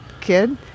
kid